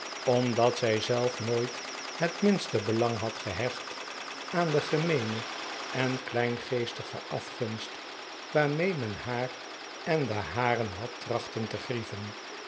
omdat zij zelf nooit het minste belang had gehecht aan de gemeene en kleingeestige afgunst waarmee men haar en de haren had trachten te grieven